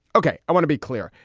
ok, i want to be clear.